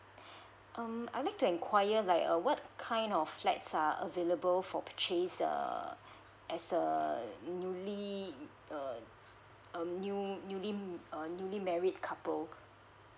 um I'd like to inquire like uh what kind of flats are available for purchase err as err newly err mm new~ newly um newly newly married couple